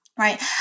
right